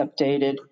updated